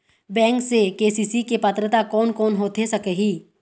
Bank से KCC के पात्रता कोन कौन होथे सकही?